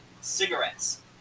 cigarettes